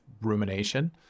rumination